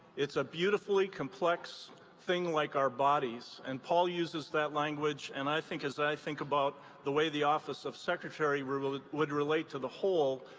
it's a beautifully complex thing like our bodies, and paul uses that language, and i think as i think about the way the office of secretary would relate to the whole,